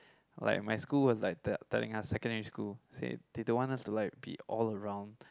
like my school was like tell telling us secondary school say they don't want us to like be all around